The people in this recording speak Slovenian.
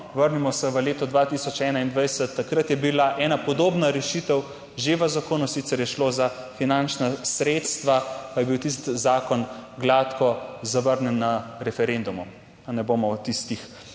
vrnimo se v leto 2021, takrat je bila ena podobna rešitev že v zakonu, sicer je šlo za finančna sredstva, pa je bil tisti zakon gladko zavrnjen na referendumu. Pa ne bom o tistih